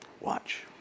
Watch